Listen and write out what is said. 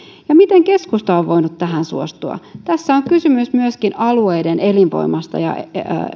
ja miten keskusta on voinut tähän suostua tässä on kysymys myöskin alueiden elinvoimasta ja